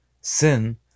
sin